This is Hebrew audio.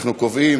אנחנו קובעים